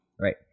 Right